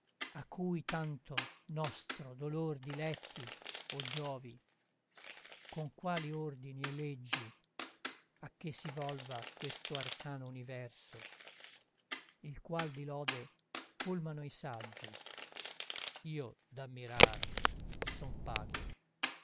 a cui tanto nostro dolor diletti o giovi con quali ordini e leggi a che si volva questo arcano universo il qual di lode colmano i saggi io d'ammirar son pago